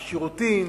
בשירותים,